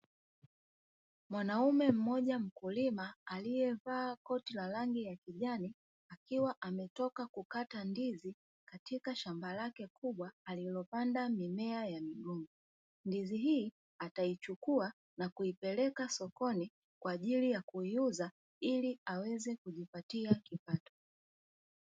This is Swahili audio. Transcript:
Mwanaume mmoja mkulima aliyevaa koti la rangi ya kijani, akiwa ametoka kukata ndizi katika shamba lake kubwa alilopanda mimea ya migomba. Ndizi hii ataichukua na kuipeleka sokoni kwa ajili ya kuiuza ili aweze kujipatia kipato.